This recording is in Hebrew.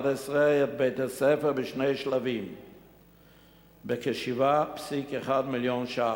את בית-הספר בשני שלבים בכ-7.1 מיליון ש"ח.